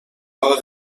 roda